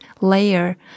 layer